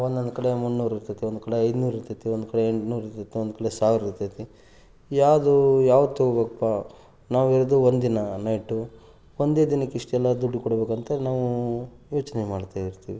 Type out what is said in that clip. ಒಂದೊಂದ್ ಕಡೆ ಮೂನ್ನೂರು ಇರ್ತದೆ ಒಂದು ಕಡೆ ಐನೂರು ಇರ್ತದೆ ಒಂದು ಕಡೆ ಎಂಟ್ನೂರು ಇರ್ತದೆ ಒಂದು ಕಡೆ ಸಾವಿರ ಇರ್ತದೆ ಯಾವುದು ಯಾವ್ದು ತೊಗೊಬೇಕು ನಾವಿರೋದು ಒಂದು ದಿನ ನೈಟು ಒಂದೇ ದಿನಕ್ಕೆ ಇಷ್ಟೆಲ್ಲಾ ದುಡ್ಡು ಕೊಡಬೇಕಂತ ನಾವು ಯೋಚನೆ ಮಾಡ್ತಾಯಿರ್ತೀವಿ